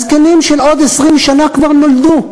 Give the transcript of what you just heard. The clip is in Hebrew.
הזקנים של עוד 20 שנה כבר נולדו.